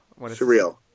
Surreal